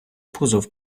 позов